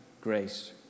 grace